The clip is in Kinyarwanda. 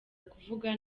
akavuga